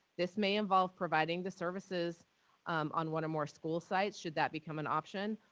this may involve providing the services on one or more school sites should that become an option,